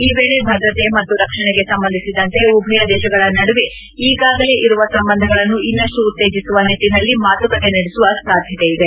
ಈ ವೇಳೆ ಭದ್ರತೆ ಮತ್ತು ರಕ್ಷಣೆಗೆ ಸಂಬಂಧಿಸಿದಂತೆ ಉಭಯ ದೇಶಗಳ ನಡುವೆ ಈಗಾಗಲೇ ಇರುವ ಸಂಬಂಧಗಳನ್ನು ಇನ್ನಷ್ಟು ಉತ್ತೇಜಿಸುವ ನಿಟ್ಟಿನಲ್ಲಿ ಮಾತುಕತೆ ನಡೆಸುವ ಸಾಧ್ಯತೆ ಇದೆ